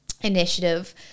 initiative